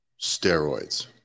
steroids